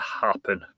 happen